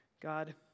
God